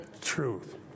Truth